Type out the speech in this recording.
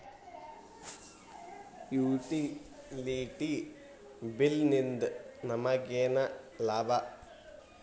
Utility bill ನಿಂದ್ ನಮಗೇನ ಲಾಭಾ?